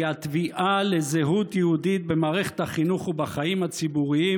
היא התביעה לזהות יהודית במערכת החינוך ובחיים הציבוריים